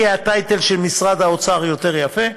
כי הטייטל של משרד האוצר הוא יותר יפה.